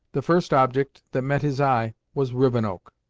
the first object that met his eye was rivenoak,